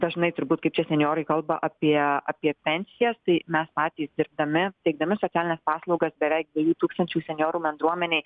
dažnai turbūt kaip čia senjorai kalba apie apie pensijas tai mes patys dirbdami teikdami socialines paslaugas beveik dviejų tūkstančių senjorų bendruomenei